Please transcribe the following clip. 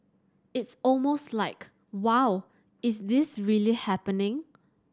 it's almost like Wow is this really happening